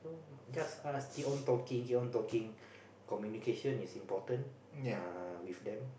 just ask keep on talking keep on talking communication is important uh with them